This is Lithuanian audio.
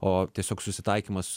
o tiesiog susitaikymas